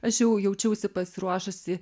aš jau jaučiausi pasiruošusi